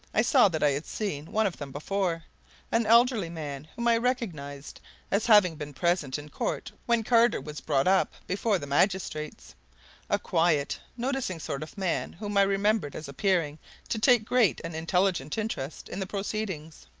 i saw that i had seen one of them before an elderly man, whom i recognized as having been present in court when carter was brought up before the magistrates a quiet, noticing sort of man whom i remembered as appearing to take great and intelligent interest in the proceedings.